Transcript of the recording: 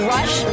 Rush